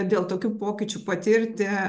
dėl tokių pokyčių patirti